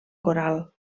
coral